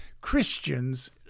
Christians